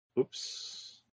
Oops